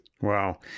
Wow